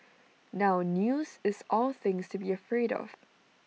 now news is all things to be afraid of